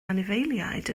anifeiliaid